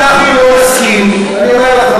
אני אומר לך,